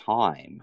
time